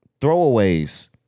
throwaways